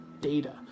data